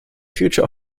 future